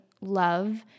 love